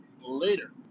later